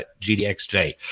GDXJ